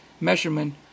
measurement